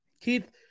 Keith